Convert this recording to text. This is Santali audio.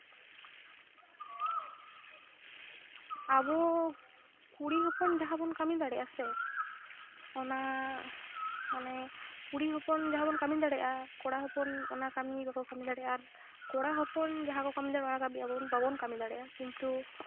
ᱟᱵᱚ ᱠᱩᱲᱤ ᱦᱚᱯᱚᱱ ᱡᱟᱦᱟᱸ ᱵᱚᱱ ᱠᱟᱹᱢᱤ ᱫᱟᱲᱮᱭᱟᱜᱼᱟ ᱥᱮ ᱚᱱᱟ ᱢᱟᱱᱮ ᱠᱩᱲᱤ ᱦᱚᱯᱚᱱ ᱡᱟᱦᱟᱸ ᱵᱚᱱ ᱠᱟᱹᱢᱤ ᱫᱟᱲᱮᱭᱟᱜᱼᱟ ᱠᱚᱲᱟ ᱦᱚᱯᱚᱱ ᱚᱱᱟ ᱠᱟᱹᱢᱤ ᱵᱟᱠᱚ ᱠᱟᱹᱢᱤ ᱫᱟᱲᱮᱭᱟᱜᱼᱟ ᱟᱨ ᱠᱚᱲᱟᱦᱚᱯᱚᱱ ᱡᱟᱦᱟᱸᱠᱚ ᱠᱟᱹᱢᱤ ᱫᱟᱲᱮᱭᱟᱜᱼᱟ ᱚᱱᱟ ᱠᱟᱹᱢᱤ ᱟᱵᱚ ᱵᱟᱵᱚᱱ ᱠᱟᱹᱢᱤ ᱫᱟᱲᱮᱭᱟᱜᱼᱟ ᱠᱤᱱᱛᱩ